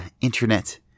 internet